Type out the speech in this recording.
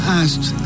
asked